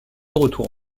retour